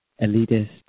elitist